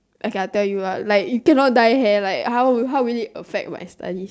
okay I'll tell you ah you cannot dye hair like how would it affect my studies